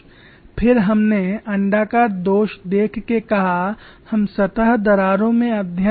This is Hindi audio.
फिर हमने अण्डाकार दोष देख के कहा हम सतह दरारों में अध्ययन करेंगे